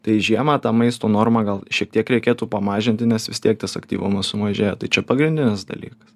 tai žiemą tą maisto normą gal šiek tiek reikėtų pamažinti nes vis tiek tas aktyvumas sumažėja tai čia pagrindinis dalykas